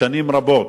שנים רבות.